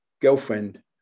girlfriend